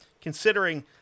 considering